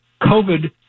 COVID